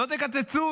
לא תקצצו